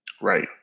Right